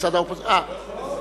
מצד האופוזיציה, לא, לא.